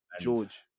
George